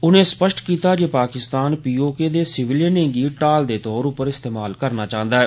उनें स्पष्ट कीता जे पाकिस्तान पीओके दी सिवलियनें गी ढाल दे तौर पर इस्तेमाल करना चाहंदा ऐ